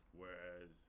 whereas